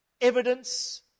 evidence